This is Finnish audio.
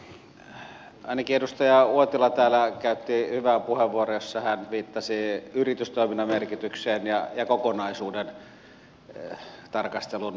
ainakin edustaja uotila täällä käytti hyvän puheenvuoron jossa hän viittasi yritystoiminnan ja kokonaisuuden tarkastelun merkitykseen